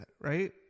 right